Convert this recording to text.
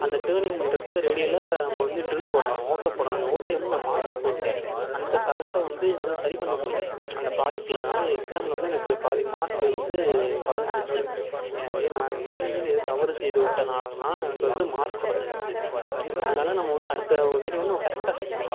அந்த டேர்னிங் பண்ணுறப்போ ரேடியலாம் நம்ம வந்து ட்ரில் போடணும் ஓட்டை போடணும் அந்த ஓட்டையை வந்து நான் மாற்றி போட்டுட்டேன் அந்த தவறை வந்து என்னால் சரி பண்ண முடியல அந்த ப்ராடெக்ட்டில் அதனால் எக்ஸாமில் வந்து எனக்கு பாதி மார்க் வந்து கொறைஞ்சிடிச்சி எனவே நான் வேலையில் ஏதாவது தவறு செய்துவிட்டனாலதான் எனக்கு வந்து மார்க் கொறைஞ்சிடிச்சி அதனால் நம்ம அடுத்த வேலையை வந்து கரெக்ட்டாக செய்யணும்